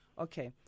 Okay